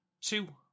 two